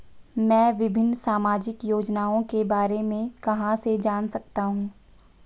मैं विभिन्न सामाजिक योजनाओं के बारे में कहां से जान सकता हूं?